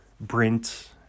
Brent